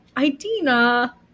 Idina